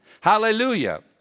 Hallelujah